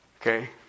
Okay